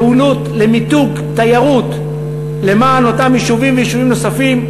פעילות למיתוג תיירות למען אותם יישובים ויישובים נוספים,